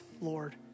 Lord